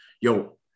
Yo